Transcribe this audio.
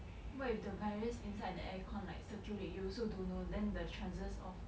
what if the virus inside the air con like circulate you also don't know then the chances of